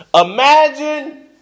imagine